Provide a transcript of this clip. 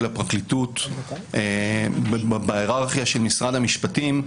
הפרקליטות בהירארכיה של משרד המשפטים,